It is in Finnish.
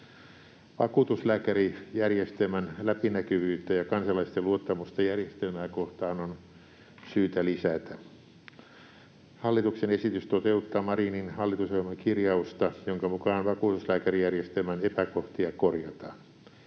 Vakuutuslääkärijärjestelmän läpinäkyvyyttä ja kansalaisten luottamusta järjestelmää kohtaan on syytä lisätä. Hallituksen esitys toteuttaa Marinin hallitusohjelman kirjausta, jonka mukaan vakuutuslääkärijärjestelmän epäkohtia korjataan.